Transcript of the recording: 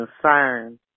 concerned